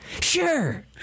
sure